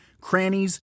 crannies